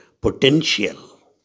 potential